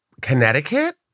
Connecticut